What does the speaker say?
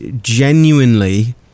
genuinely